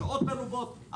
שעות מרובות,